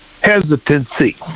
hesitancy